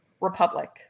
Republic